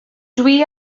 dwi